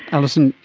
alison,